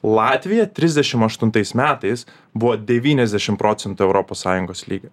latvija trisdešim aštuntais metais buvo devyniasdešim procentų europos sąjungos lygio